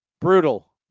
Brutal